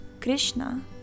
Krishna